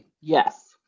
yes